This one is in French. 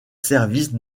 services